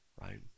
right